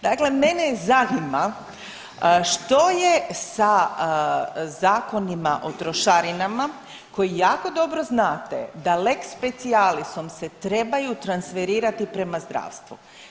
Dakle, mene zanima što je sa Zakonima o trošarinama koji jako dobro znate da lex specialisom se trebaju transferirati prema zdravstvu.